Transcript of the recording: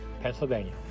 Pennsylvania